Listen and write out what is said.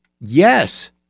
yes